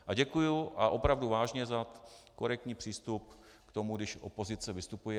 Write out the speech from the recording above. A děkuji, a opravdu vážně, za korektní přístup k tomu, když opozice vystupuje.